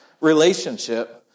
relationship